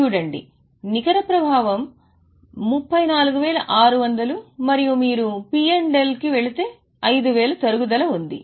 చూడండి నికర ప్రభావం 34600 మరియు మీరు P మరియు L కి వెళితే 5000 తరుగుదల ఉంది